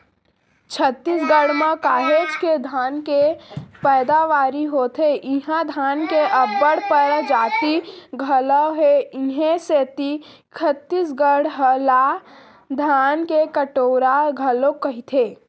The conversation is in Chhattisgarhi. छत्तीसगढ़ म काहेच के धान के पैदावारी होथे इहां धान के अब्बड़ परजाति घलौ हे इहीं सेती छत्तीसगढ़ ला धान के कटोरा घलोक कइथें